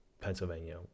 pennsylvania